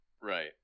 Right